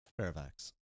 Fairfax